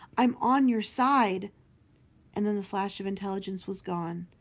i am on your side and then the flash of intelligence was gone,